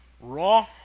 Raw